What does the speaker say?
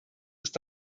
ist